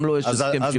גם לו יש הסכם שיווק.